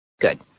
good